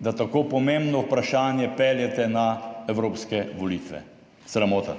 da tako pomembno vprašanje peljete na evropske volitve. Sramota.